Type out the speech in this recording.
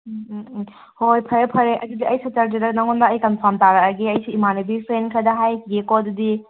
ꯎꯝ um um ꯍꯣꯏ ꯐꯔꯦ ꯐꯔꯦ ꯑꯗꯨꯗꯤ ꯑꯩ ꯁꯇꯔꯗꯦꯗ ꯅꯉꯣꯟꯗ ꯑꯩ ꯀꯟꯐꯥꯝ ꯇꯥꯔꯛꯑꯒꯦ ꯑꯩꯁꯨ ꯏꯃꯥꯅꯕꯤ ꯐ꯭ꯔꯦꯟ ꯈꯔꯗ ꯍꯥꯏꯈꯤꯒꯦꯀꯣ ꯑꯗꯨꯗꯤ